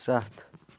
ستھ